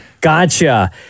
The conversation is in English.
Gotcha